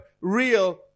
real